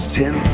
ten